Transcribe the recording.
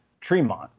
Tremont